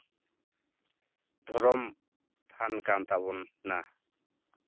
ᱫᱷᱚᱨᱚᱢ ᱛᱷᱟᱱ ᱠᱟᱱ ᱛᱟᱵᱚᱱᱟ